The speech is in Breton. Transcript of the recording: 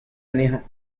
anezhañ